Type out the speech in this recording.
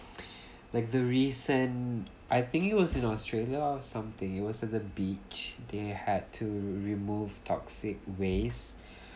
like the recent I think it was in australia or something it was at the beach they had to remove toxic waste